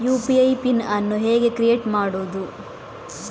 UPI PIN ಅನ್ನು ಹೇಗೆ create ಮಾಡುದು?